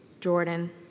Jordan